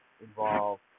involve